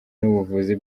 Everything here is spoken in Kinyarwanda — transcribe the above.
n’ubuvuzi